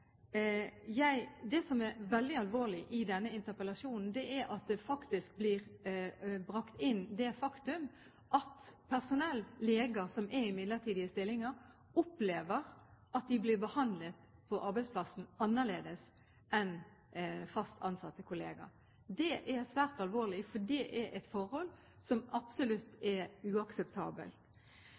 midlertidige. Det som er veldig alvorlig i denne interpellasjonen, er at det faktisk blir brakt inn det faktum at personell – leger som er i midlertidige stillinger – opplever at de blir behandlet annerledes på arbeidsplassen enn fast ansatte kollegaer. Det er svært alvorlig, for det er et forhold som absolutt er uakseptabelt.